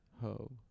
ho